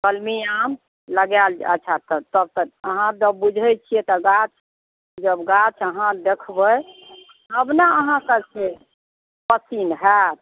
कलमी आम लगाएल अच्छा तब तऽ अहाँ जँ बुझै छिए तऽ गाछ जब गाछ अहाँ देखबै तब ने अहाँके फेर पसिन्न हैत